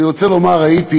אני רוצה לומר שראיתי